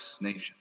nation